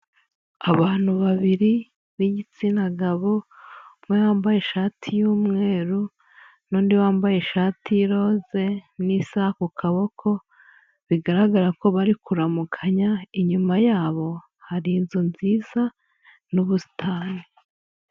Abantu babiri b'igitsina gabo, umwe wambaye ishati y'umweru n'undi wambaye ishati y'iroze n'isaha ku kaboko, bigaragara ko bari kuramukanya, inyuma yabo hari inzu nziza n'ubusitani.